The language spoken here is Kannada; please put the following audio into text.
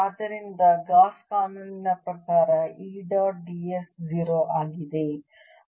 ಆದ್ದರಿಂದ ಗಾಸ್ ಕಾನೂನಿನ ಪ್ರಕಾರ E ಡಾಟ್ ds 0 ಆಗಿದೆ